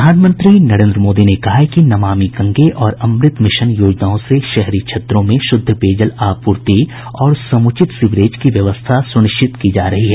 प्रधानमंत्री नरेन्द्र मोदी ने कहा है कि नमामि गंगे और अमृत मिशन योजनाओं से शहरी क्षेत्रों में शुद्ध पेयजल आपूर्ति और समुचित सीवरेज की व्यवस्था सुनिश्चित की जा रही है